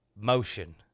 motion